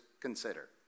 consider